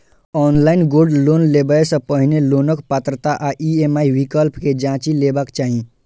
online gold loan लेबय सं पहिने लोनक पात्रता आ ई.एम.आई विकल्प कें जांचि लेबाक चाही